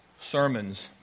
sermons